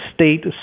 state